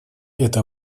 это